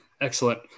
Excellent